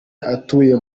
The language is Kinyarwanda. atuye